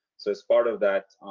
so as part of that,